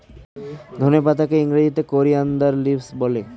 ধনে পাতাকে ইংরেজিতে কোরিয়ানদার লিভস বলে